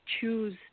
choose